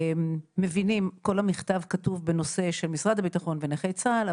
מבינים שכל המכתב כתוב בנושא משרד הביטחון ונכי צה"ל,